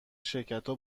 شرکتا